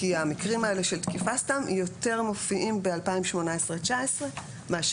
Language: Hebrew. כי המקרים האלה של תקיפה סתם יותר מופיעים ב-2018 2019 מאשר